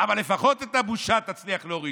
אבל לפחות את הבושה תצליח להוריד.